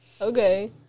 Okay